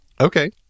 Okay